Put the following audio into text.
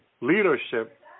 leadership